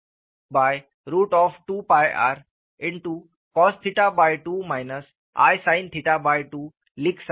तो मैं ZKI2rcos2 i sin2 लिख सकता हूं